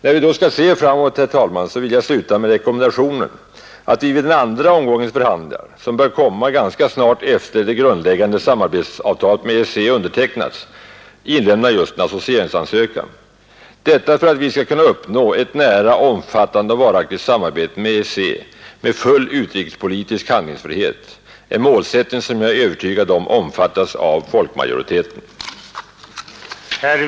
Jag vill då, herr talman, rekommendera att vi vid den andra omgångens förhandlingar, som bör komma ganska snart sedan det grundläggande samarbetsavtalet med EEC undertecknats, inlämnar en associeringsansökan. Detta för att vi skall kunna uppnå ett nära, omfattande och varaktigt samarbete med EEC med full utrikespolitisk handlingsfrihet, en målsättning som jag är övertygad om att folkmajoriteten omfattar.